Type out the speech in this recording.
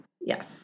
Yes